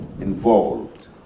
involved